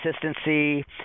consistency